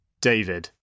David